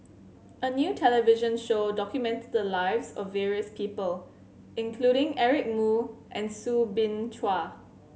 a new television show documented the lives of various people including Eric Moo and Soo Bin Chua